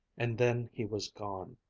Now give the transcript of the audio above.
and then he was gone.